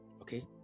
Okay